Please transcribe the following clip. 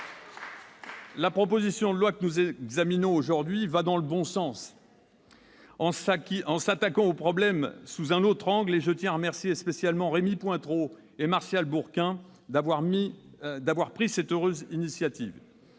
La proposition de loi que nous examinons aujourd'hui va dans le bon sens en s'attaquant au problème sous un autre angle, et je tiens à remercier Rémy Pointereau et Martial Bourquin d'avoir pris cette heureuse initiative.